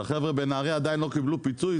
שהחבר'ה בנהריה לא קיבלו עדיין פיצוי.